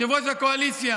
יושב-ראש הקואליציה,